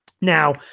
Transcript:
Now